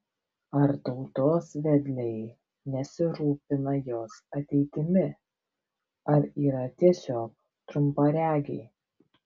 ar tautos vedliai nesirūpina jos ateitimi ar yra tiesiog trumparegiai